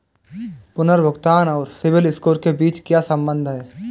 पुनर्भुगतान और CIBIL score के बीच क्या संबंध है?